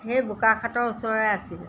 সেই বোকাখাতৰ ওচৰে আছিলে